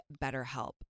BetterHelp